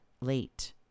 late